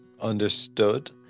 understood